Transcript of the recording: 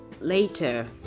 later